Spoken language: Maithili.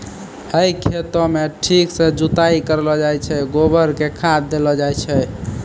है खेतों म ठीक सॅ जुताई करलो जाय छै, गोबर कॅ खाद देलो जाय छै